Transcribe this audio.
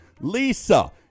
Lisa